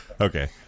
Okay